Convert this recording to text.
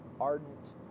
ardent